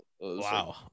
Wow